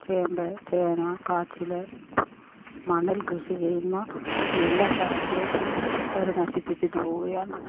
ചേമ്പ് ചേന കാച്ചില് മണ്ണിൽ കൃഷി ചെയ്യുന്ന എല്ലാ സാധനവും അവര് നശിപ്പിച്ചിട്ട് പോവുകയാണ്